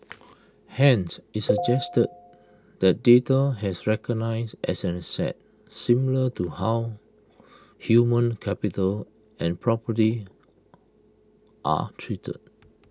hence IT suggested that data has recognised as an asset similar to how human capital and property are treated